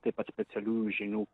taip pat specialiųjų žinių